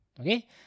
Okay